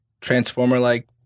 Transformer-like